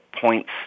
points